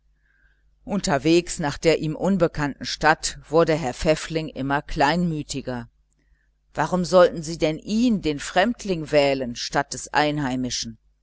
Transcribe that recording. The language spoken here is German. unterwegs nach der ihm unbekannten stadt wurde herr pfäffling immer kleinmütiger warum sollten sie denn ihn den fremdling wählen statt dem einheimischen